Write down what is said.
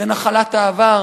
זה נחלת העבר,